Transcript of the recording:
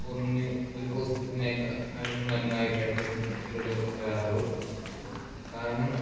ഒന്നിന് ഒരു ഹോസ്പിറ്റനേക്കാളും നന്നായിട്ടേ അടുത്ത ഹോസ്പിറ്റലുകളിൽ വരാറുള്ളൂ കാരണം